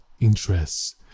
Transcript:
interests